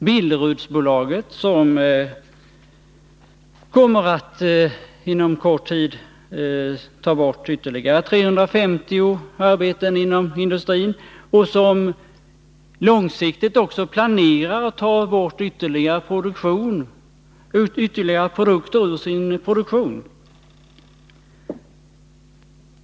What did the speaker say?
Billerudsbolaget kommer inom kort att ta bort ytterligare 350 arbeten inom industrin, och bolaget planerar långsiktigt att ta bort ytterligare produkter ur sin produktion.